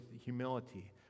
humility